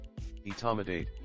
etomidate